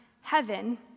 Heaven